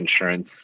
insurance